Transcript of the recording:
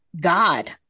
God